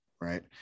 right